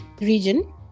region